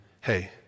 hey